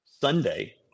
Sunday